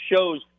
shows